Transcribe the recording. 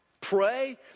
pray